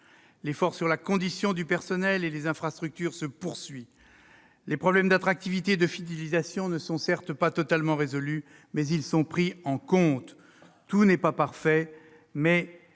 L'effort sur la condition du personnel et les infrastructures se poursuit. Les problèmes d'attractivité et de fidélisation, bien que non entièrement résolus, sont pris en compte. Tout n'est pas parfait, mais